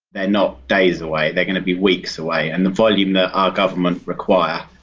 they're not days away. they're going to be weeks away. and the volume that our government requires,